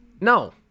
No